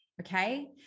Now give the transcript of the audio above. Okay